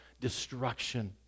destruction